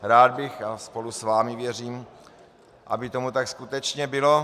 Rád bych, a spolu s vámi, věřím, aby tomu tak skutečně bylo.